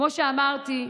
כמו שאמרתי,